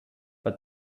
but